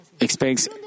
expects